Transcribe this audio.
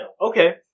Okay